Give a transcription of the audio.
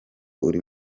uri